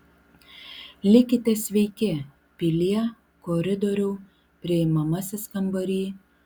likite sveiki pilie koridoriau priimamasis kambary